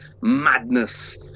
madness